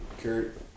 Kurt